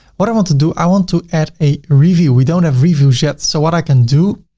what i want to do? i want to add a review. we don't have reviews yet. so what i can do,